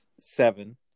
seven